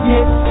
Yes